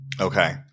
Okay